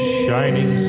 shining